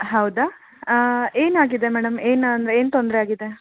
ಹೌದಾ ಏನಾಗಿದೆ ಮೇಡಮ್ ಏನೆಂದ್ರೆ ಏನು ತೊಂದರೆ ಆಗಿದೆ